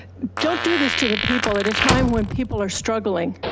don't do this to the people at a time when people are struggling.